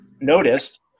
noticed